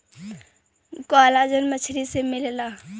collagen मछरी से मिलला